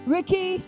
Ricky